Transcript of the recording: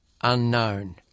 unknown